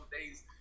days